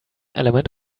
element